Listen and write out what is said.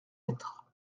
lettre